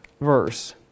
verse